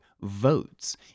votes